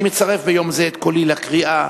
אני מצרף ביום זה את קולי לקריאה